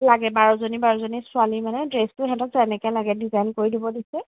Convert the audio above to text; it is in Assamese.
লাগে বাৰজনী বাৰজনী ছোৱালী মানে ড্ৰেছটো সিহঁতক যেনেকে লাগে ডিজাইন কৰি দিব দিছে